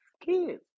kids